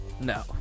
No